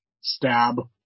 stab